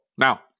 Now